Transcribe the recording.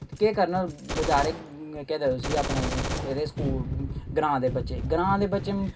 केह् करन बचारे केह् आखदे उस्सी अपने एह्दे स्कूल ग्रां दे बच्चे ग्रां दे बच्चे